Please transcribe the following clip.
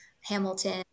hamilton